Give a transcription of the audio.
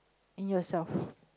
in yourself